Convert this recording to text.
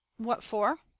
what for?